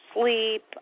sleep